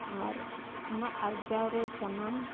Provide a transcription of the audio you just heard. ᱟᱨ ᱚᱱᱟ ᱟᱨᱡᱟᱣ ᱨᱮ ᱥᱟᱱᱟᱢ